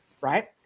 right